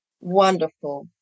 Wonderful